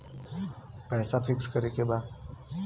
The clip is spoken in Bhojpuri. पैसा पिक्स करके बा?